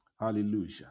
Hallelujah